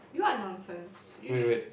you are nonsense you should